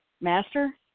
master